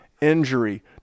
injury